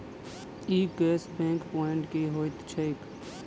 ई cash back point की होइत छैक?